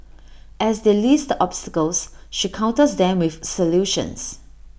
as they list obstacles she counters them with solutions